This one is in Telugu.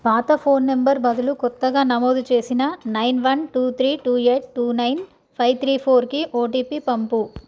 పాత ఫోన్ నంబర్ బదులు కొత్తగా నమోదు చేసిన nine one two three two eight two nine five three ఫోర్కి ఓటిపి పంపు